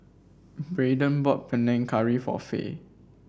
Brayden bought Panang Curry for Fay